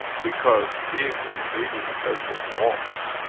because if the iranian president walks,